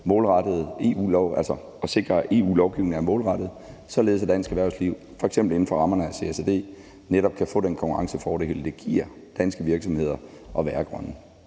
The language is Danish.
arbejder med at sikre, at EU-lovgivningen er målrettet, således at dansk erhvervsliv f.eks. inden for rammerne af CSRD netop kan få den konkurrencefordel, det giver danske virksomheder at være grønne.